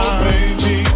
baby